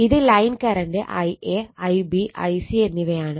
ഇത് line current Ia Ib Ic എന്നിവയാണ്